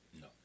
No